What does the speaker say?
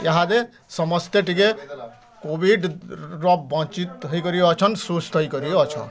ଇହାଦେ ସମସ୍ତେ ଟିକେ କୋଭିଡ଼୍ର ବଞ୍ଚିତ ହେଇକରି ଅଛନ୍ ସୁସ୍ଥ ହେଇକରି ଅଛନ୍